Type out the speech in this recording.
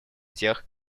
тех